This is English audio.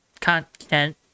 content